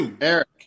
Eric